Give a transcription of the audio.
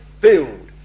filled